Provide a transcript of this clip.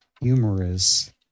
humorous